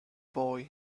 boy